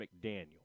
McDaniel